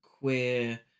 queer